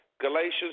Galatians